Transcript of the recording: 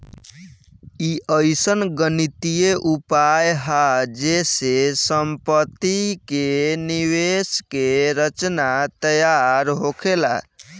ई अइसन गणितीय उपाय हा जे से सम्पति के निवेश के रचना तैयार होखेला